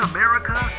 America